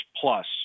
plus